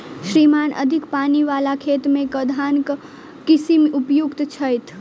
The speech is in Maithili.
श्रीमान अधिक पानि वला खेत मे केँ धान केँ किसिम उपयुक्त छैय?